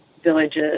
villages